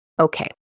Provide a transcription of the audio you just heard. okay